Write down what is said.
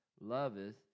loveth